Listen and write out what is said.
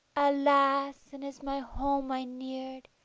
alas! and as my home i neared,